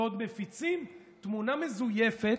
ועוד מפיצים תמונה מזויפת,